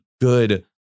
good